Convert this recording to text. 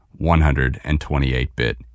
128-bit